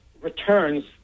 returns